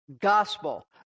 gospel